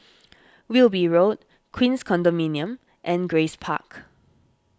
Wilby Road Queens Condominium and Grace Park